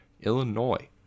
Illinois